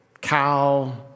cow